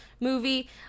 movie